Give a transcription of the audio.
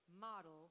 model